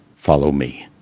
follow me.